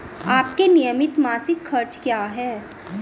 आपके नियमित मासिक खर्च क्या हैं?